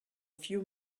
few